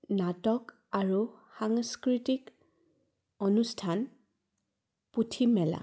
নাটক আৰু সাংস্কৃতিক অনুষ্ঠান পুথিমেলা